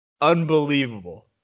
Unbelievable